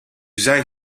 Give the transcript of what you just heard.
zijn